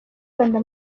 rwanda